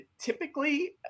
typically